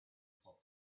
for